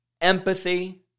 empathy